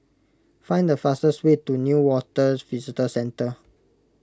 find the fastest way to Newater Visitor Centre